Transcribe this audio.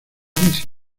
polinesia